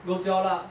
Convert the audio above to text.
goes well lah